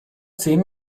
zehn